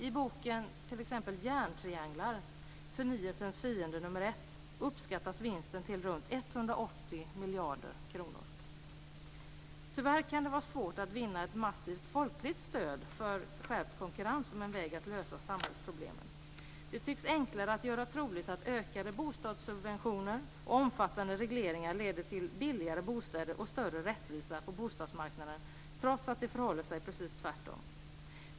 I boken Tyvärr kan det vara svårt att vinna ett massivt folkligt stöd för skärpt konkurrens som en väg att lösa samhällsproblem. Det tycks enklare att göra troligt att ökade bostadssubventioner och omfattande regleringar leder till billigare bostäder och större rättvisa på bostadsmarknaden, trots att det förhåller sig precis tvärtom.